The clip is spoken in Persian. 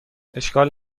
اشکال